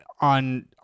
on